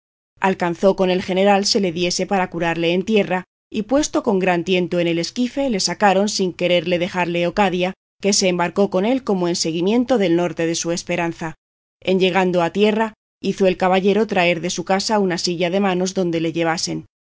alcanzó con el general se le diese para curarle en tierra y puesto con gran tiento en el esquife le sacaron sin quererle dejar leocadia que se embarcó con él como en seguimiento del norte de su esperanza en llegando a tierra hizo el caballero traer de su casa una silla de manos donde le llevasen